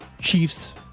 Chiefs